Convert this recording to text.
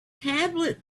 tablet